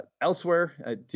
Elsewhere